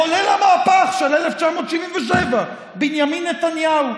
מחולל המהפך של 1977, בנימין נתניהו.